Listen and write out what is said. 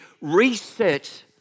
reset